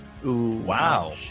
Wow